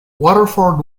waterford